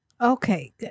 Okay